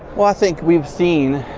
well, i think we've seen,